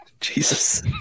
Jesus